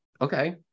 Okay